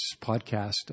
podcast